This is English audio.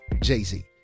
Jay-Z